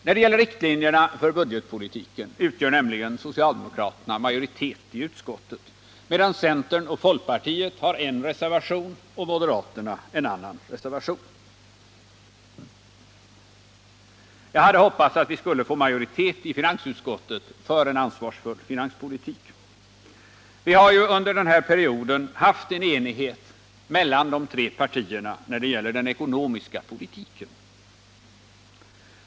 När det gäller riktlinjerna för budgetpolitiken utgör nämligen socialdemokraterna majoritet i utskottet, medan centern och folkpartiet har en reservation och moderaterna en annan reservation. Jag hade hoppats att vi skulle få majoritet i finansutskottet för en ansvarsfull finanspolitik. Vi har ju under den här perioden haft en enighet mellan de tre partierna när det gäller den ekonomiska politiken.